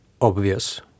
obvious